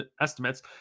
estimates